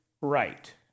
right